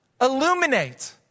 illuminate